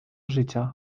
życia